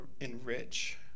enrich